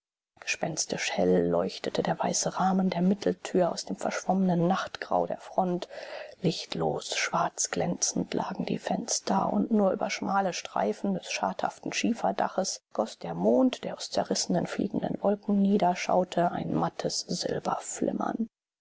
gespenstisch hell leuchtete der weiße rahmen der mitteltür aus dem verschwommenen nachtgrau der front lichtlos schwarzglänzend lagen die fenster und nur über schmale streifen des schadhaften schieferdaches goß der mond der aus zerrissenen fliegenden wolken niederschaute ein mattes